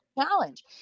challenge